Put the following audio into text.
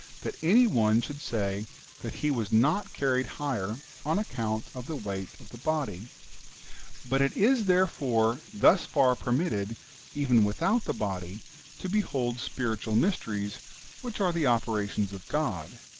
that any one should say that he was not carried higher on account of the weight of the body but it is therefore thus far permitted even without the body to behold spiritual mysteries which are the operations of god,